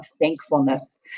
thankfulness